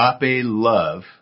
love